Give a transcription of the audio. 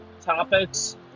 topics